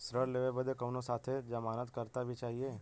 ऋण लेवे बदे कउनो साथे जमानत करता भी चहिए?